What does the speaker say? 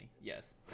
Yes